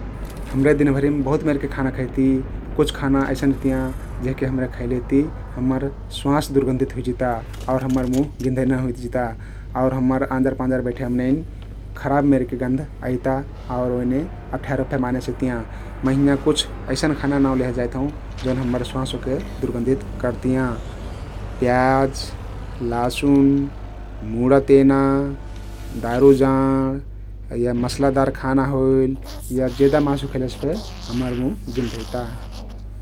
हमरे दिनभरिम बहुत मेरके खाना खैती । कुछ खाना अइसन रहतियाँ जेहके हमरे खैलेति हम्मर स्वाँस दुर्गन्धित हुइजिता आउर मुह गिन्धैना हुइजिता आउर हम्मर आँजर पाँजर बैठैया मनैन खराब मेरके गन्ध अइता आउर ओइने अप्ठ्यारो फे माने सिक्तियाँ । मै हियाँ कुछ हइसन खानाक नाउँ लेहे जाइत हउँ हम्मर स्वास ओहके दुर्गन्धित करतियाँ । प्याज, लासुन, मुडा तेना, दारु जाँड या मसलादार खाना होइल या जेदा मासु खैलेसे फे हम्मर मुह गिन्धैता ।